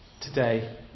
today